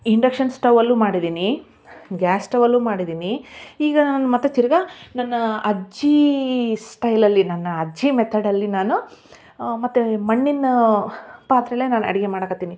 induction ಸ್ಟವಲ್ಲು ಮಾಡಿದೀನಿ gas ಸ್ಟವಲ್ಲು ಮಾಡಿದೀನಿ ಈಗ ನಾನು ಮತ್ತು ತಿರ್ಗಾ ನನ್ನಾ ಅಜ್ಜೀ ಸ್ಟೈಲಲ್ಲಿ ನನ್ನ ಅಜ್ಜಿ ಮೆಥಡಲ್ಲಿ ನಾನು ಮತ್ತೆ ಮಣ್ಣಿನ ಪಾತ್ರೆಯಲ್ಲೆ ನಾನು ಅಡುಗೆ ಮಾಡೋಕತ್ತೀನಿ